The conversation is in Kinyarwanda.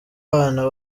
bana